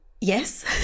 Yes